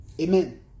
Amen